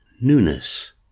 newness